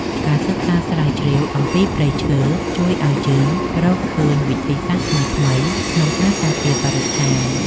ការសិក្សាស្រាវជ្រាវអំពីព្រៃឈើជួយឱ្យយើងរកឃើញវិធីសាស្ត្រថ្មីៗក្នុងការការពារបរិស្ថាន។